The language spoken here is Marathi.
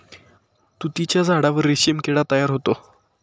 तुतीच्या झाडावर रेशीम किडा तयार होतो